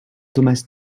thomas